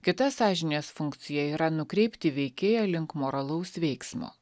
kita sąžinės funkcija yra nukreipti veikėją link moralaus veiksmo